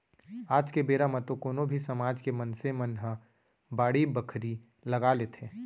आज के बेरा म तो कोनो भी समाज के मनसे मन ह बाड़ी बखरी लगा लेथे